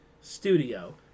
studio